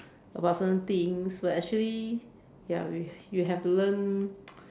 about certain things but actually ya we we have to learn